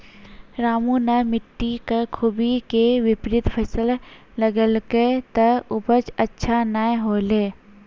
रामू नॅ मिट्टी के खूबी के विपरीत फसल लगैलकै त उपज अच्छा नाय होलै